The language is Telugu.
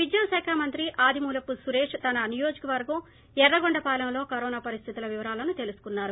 విద్యా శాఖ మంత్రి ఆదిమూలపు సురేష్ తన నియోజకవర్గం యర్రగొండపాలెంలో కరోనా పరిస్థితుల వివరాలు తెలుసుకున్నారు